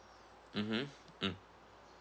mmhmm mm